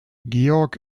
georg